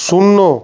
শূন্য